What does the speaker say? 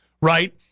right